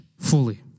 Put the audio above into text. fully